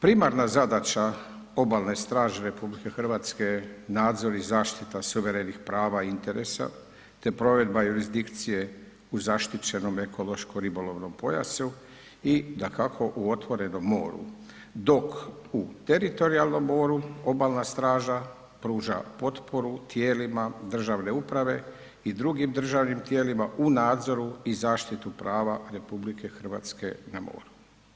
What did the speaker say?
Primarna zadaća obalne straže RH je nadzor i zaštita suverenih prava i interesa, te provedba jurisdikcije u zaštićenom ekološko ribolovnom pojasu i dakako u otvorenom moru, dok u teritorijalnom moru obalna straža pruža potporu tijelima državne uprave i drugim državnim tijelima u nadzoru i zaštitu prava RH na moru.